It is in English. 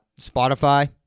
Spotify